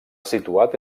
situat